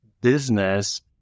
business